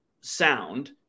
sound